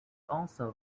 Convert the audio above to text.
also